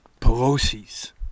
Pelosi's